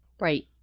right